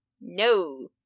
No